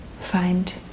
find